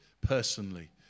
personally